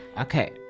Okay